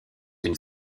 une